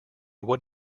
what